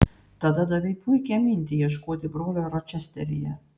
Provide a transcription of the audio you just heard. tada davei puikią mintį ieškoti brolio ročesteryje